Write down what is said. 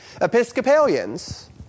Episcopalians